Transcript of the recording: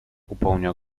upomniał